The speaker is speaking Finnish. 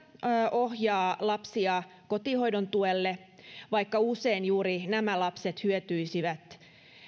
ohjaavat lapsia kotihoidon tuelle vaikka usein juuri nämä lapset hyötyisivät